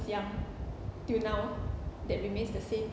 young till now that remains the same